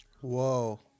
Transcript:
Whoa